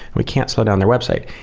we can't slow down their website.